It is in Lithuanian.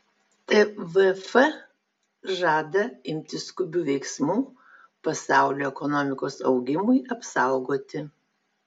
tvf žada imtis skubių veiksmų pasaulio ekonomikos augimui apsaugoti